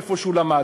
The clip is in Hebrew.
איפה שהוא למד.